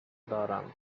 دارم